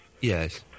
Yes